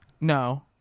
No